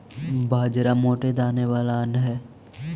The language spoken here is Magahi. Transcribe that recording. बाजरा मोटे दाने वाला अन्य हई